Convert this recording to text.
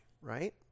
right